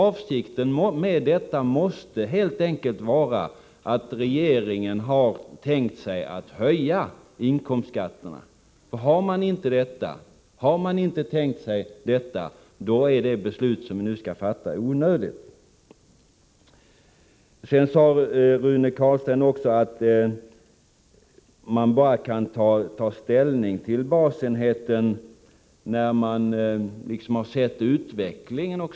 Avsikten med detta måste helt enkelt vara att regeringen har tänkt sig att höja inkomstskatterna. Har man inte tänkt sig detta, är det beslut vi nu skall fatta onödigt. Sedan sade Rune Carlstein också att man endast kan ta ställning till basenheten när man har sett utvecklingen.